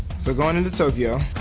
so going into tokyo,